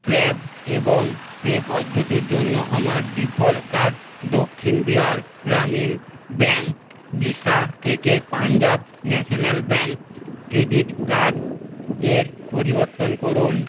tap এবং pay পদ্ধতির জন্য আমার default card Dakshin Bihar Gramin Bank Visa থেকে Punjab National Bank credit card এর পরিবর্তন করুন